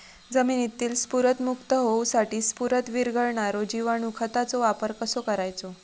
जमिनीतील स्फुदरमुक्त होऊसाठीक स्फुदर वीरघळनारो जिवाणू खताचो वापर कसो करायचो?